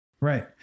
Right